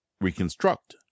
reconstruct